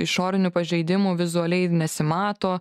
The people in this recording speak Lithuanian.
išorinių pažeidimų vizualiai ir nesimato